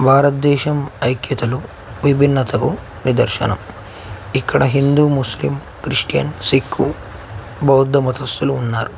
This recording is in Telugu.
భారతదేశం ఐక్యతకు విభిన్నతకు నిదర్శనం ఇక్కడ హిందూ ముస్లిం క్రిస్టియన్ సిక్కు బౌద్ధ మతస్థులు ఉన్నారు